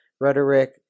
rhetoric